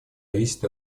зависит